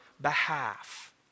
behalf